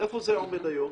זה עומד היום?